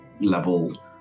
level